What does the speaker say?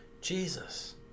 Jesus